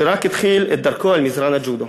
שרק התחיל את דרכו על מזרן הג'ודו.